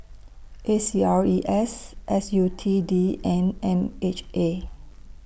A C R E S S U T D and M H A